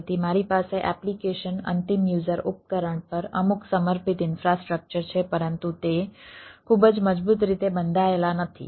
તેથી મારી પાસે એપ્લિકેશન અંતિમ યુઝર ઉપકરણ પર અમુક સમર્પિત ઈન્ફ્રાસ્ટ્રક્ચર છે પરંતુ તે ખૂબ જ મજબૂત રીતે બંધાયેલા નથી